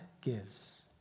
gives